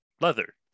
leather